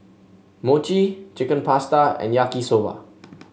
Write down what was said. Mochi Chicken Pasta and Yaki Soba